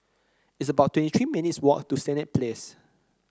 it's about twenty three minutes' walk to Senett Place